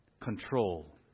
control